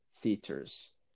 theaters